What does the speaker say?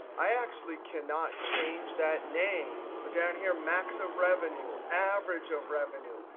i actually cannot change that name. so down here, max of revenue, average of revenue,